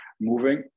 moving